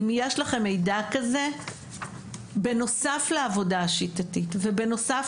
אם יש לכם מידע כזה בנוסף לעבודה שיטתית ובנוסף